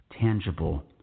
tangible